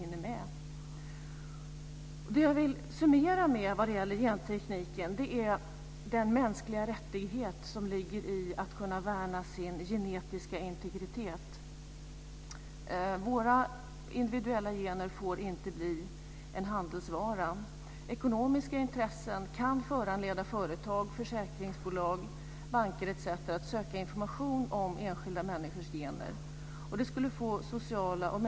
Denna utredning bör också kunna se över behovet av en rättighetslagstiftning, liknande den för människor med funktionshinder, för vissa kategorier av människor med psykiska sjukdomar. Det förekommer fortfarande fall av könsstympning i Sverige, trots att företeelsen är förbjuden här.